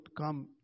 come